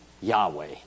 Yahweh